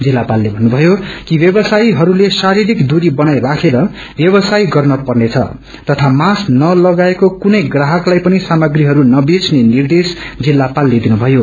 जिल्लापालले भन्नुभयो कि व्यवसायीहरूले शारीरिक दूरी बनाई राखेर व्यवसाय गर्न पर्नेछ तथा मास्क नलगाएको कुनै ग्राहकलाई पनि सामग्रीहरू नबेच्ने निर्देश जिल्लापाले दिनुथयो